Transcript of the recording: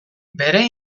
bere